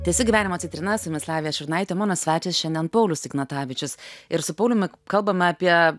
tęsiu gyvenimo citrinas su jumis lavija šurnaitė mano svečias šiandien paulius ignatavičius ir su pauliumi kalbam apie